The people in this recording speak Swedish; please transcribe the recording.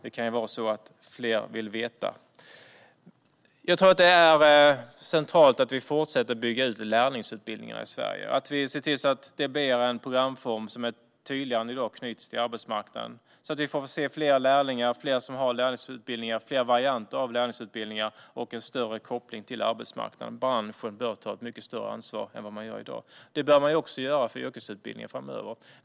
Det kan ju vara så att fler vill veta. Det är centralt att vi fortsätter att bygga ut lärlingsutbildningarna i Sverige och att vi ser till att det blir en programform som tydligare än i dag knyts till arbetsmarknaden. Vi vill se fler lärlingar, fler som håller i lärlingsutbildningar, fler varianter av lärlingsutbildningar och en större koppling till arbetsmarknaden. Branscherna bör ta ett större ansvar än vad man gör i dag. Detta bör man också göra för yrkesutbildningen framöver.